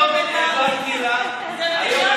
היום העברתי לך, זו בדיחה